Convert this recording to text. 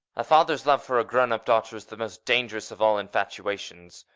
a father's love for a grown-up daughter is the most dangerous of all infatuations.